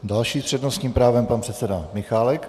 Další s přednostním právem, pan předseda Michálek.